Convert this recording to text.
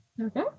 Okay